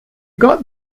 got